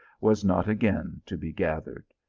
was not again to be gathered.